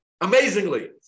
Amazingly